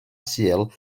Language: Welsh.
sul